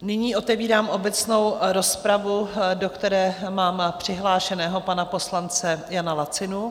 Nyní otevírám obecnou rozpravu, do které mám přihlášeného pana poslance Jana Lacinu.